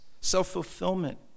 self-fulfillment